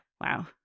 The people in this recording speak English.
wow